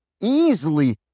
easily